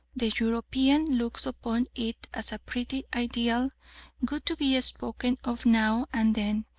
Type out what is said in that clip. the european looks upon it as a pretty ideal good to be spoken of now and then,